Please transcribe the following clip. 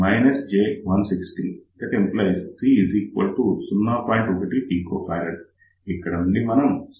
ఇక్కడ నుండి మనం C 0